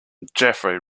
jeffery